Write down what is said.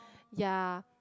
ya